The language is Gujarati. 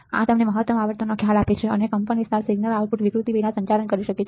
આ તમને મહત્તમ આવર્તનનો ખ્યાલ આપે છે અને કંપનવિસ્તાર સિગ્નલ આઉટપુટ વિકૃતિ વિના સંચાલન કરી શકે છે